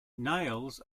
nails